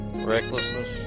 Recklessness